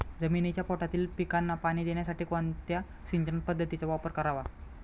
जमिनीच्या पोटातील पिकांना पाणी देण्यासाठी कोणत्या सिंचन पद्धतीचा वापर करावा?